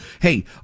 Hey